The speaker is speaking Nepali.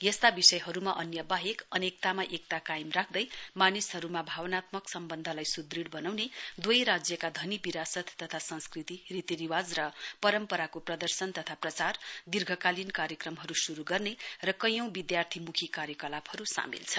यस्ता विषयहरूमा अन्य बाहेक अनेकतामा एकता कायम राख्दै मानिसहरूमा भावनात्मक सम्बन्धलाई सुदृढ़ बनाउने दुवै राज्य राज्यका धनी विरासत तथा संस्कृति रीतिरिवाज र परम्परा प्रदशर्न तथा प्रचार दीर्घकालीन कार्यक्रमहरू शुरु गर्ने र कैयौं विद्यार्थीमुखी कार्यकलापहरू सामेल छन्